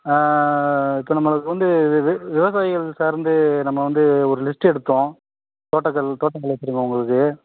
அதுக்கு நம்மளுக்கு வந்து வி வி விவசாயிகள் சார்ந்து நம்ம வந்து ஒரு லிஸ்ட்டு எடுத்தோம் தோட்டங்கள் தோட்டங்கள் வச்சுருக்குறவங்களுக்கு